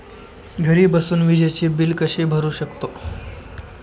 घरी बसून विजेचे बिल कसे भरू शकतो?